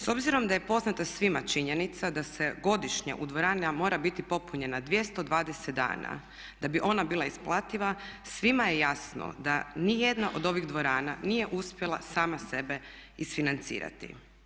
S obzirom da je poznata svima činjenica da se godišnje u dvoranama mora biti popunjena 220 dana da bi ona bila isplativa, svima je jasno da niti jedna od ovih dvorana nije uspjela sama sebe isfinancirati.